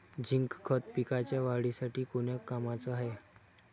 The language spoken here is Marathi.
झिंक खत पिकाच्या वाढीसाठी कोन्या कामाचं हाये?